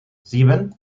sieben